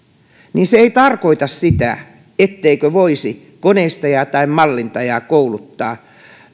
niin se ei tarkoita sitä etteikö voisi koneistajaa tai mallintajaa kouluttaa